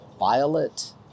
Violet